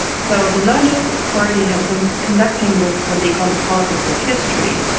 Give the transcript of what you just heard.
so the law and justice party has been conducting this, what they call the politics of history.